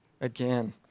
again